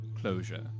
closure